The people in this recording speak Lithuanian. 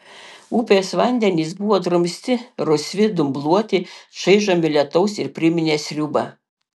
upės vandenys buvo drumsti rusvi dumbluoti čaižomi lietaus ir priminė sriubą